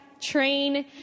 train